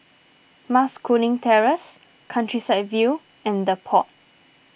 Mas Kuning Terrace Countryside View and the Pod